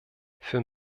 für